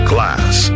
Class